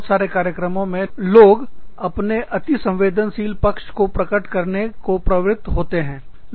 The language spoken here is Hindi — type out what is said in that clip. बहुत सारे कार्यक्रमों में लोग अपने अतिसंवेदनशील पक्ष को प्रकट करने को प्रवृत्त होते हैं